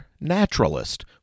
naturalist